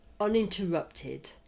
uninterrupted